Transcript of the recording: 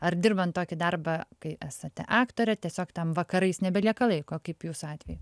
ar dirbant tokį darbą kai esate aktorė tiesiog tam vakarais nebelieka laiko kaip jūsų atveju